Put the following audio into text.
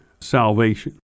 salvation